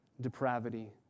depravity